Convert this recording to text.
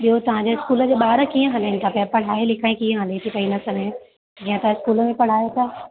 ॿियो तव्हांजे स्कूल जा ॿार कीअं हलनि था पिया पढ़ाई लिखाई कीअं हले थी पई हिन समय जीअं तव्हां स्कूल में पढ़ायो था